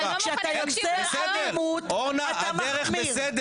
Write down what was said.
אבל כשאתה יוצר עמימות, אתה מחמיר.